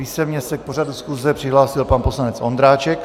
Písemně se k pořadu schůze přihlásil pan poslanec Ondráček.